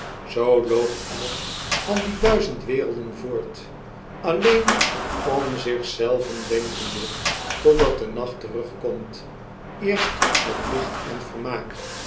zoo loopt elk van die duizend werelden voort alleen om zich zelven denkende totdat de nacht terugkomt eerst met licht en vermaak